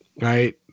right